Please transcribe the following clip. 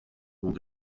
mont